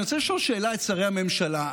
אני רוצה לשאול את שרי הממשלה שאלה: